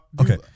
Okay